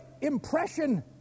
impression